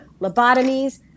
lobotomies